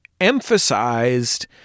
emphasized